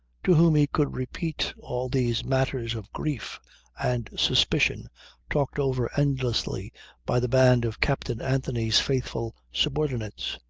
to whom he could repeat all these matters of grief and suspicion talked over endlessly by the band of captain anthony's faithful subordinates.